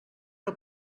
que